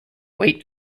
weight